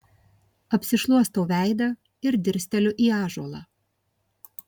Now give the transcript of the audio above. apsišluostau veidą ir dirsteliu į ąžuolą